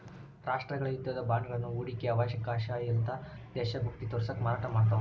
ರಾಷ್ಟ್ರಗಳ ಯುದ್ಧದ ಬಾಂಡ್ಗಳನ್ನ ಹೂಡಿಕೆಯ ಅವಕಾಶ ಅಲ್ಲ್ದ ದೇಶಭಕ್ತಿ ತೋರ್ಸಕ ಮಾರಾಟ ಮಾಡ್ತಾವ